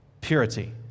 purity